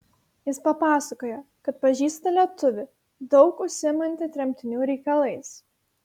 jis papasakojo kad pažįsta lietuvį daug užsiimantį tremtinių reikalais